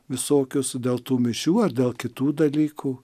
visokius dėl tų mišių ar dėl kitų dalykų